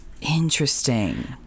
Interesting